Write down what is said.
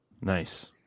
nice